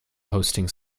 hosting